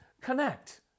connect